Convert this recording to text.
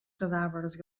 cadàvers